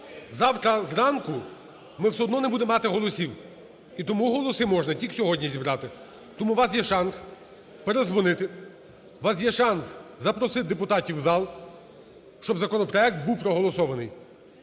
Завтра зранку ми все одно не будемо мати голосів, і тому голоси можна тільки сьогодні зібрати. Тому у вас є шанс передзвонити, у вас є шанс запросити депутатів в зал, щоб законопроект був проголосований.